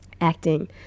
acting